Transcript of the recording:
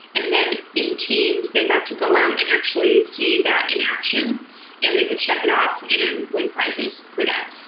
and then in teams, they got to go out and actually see that in action and they could check it off you know and win prizes for that.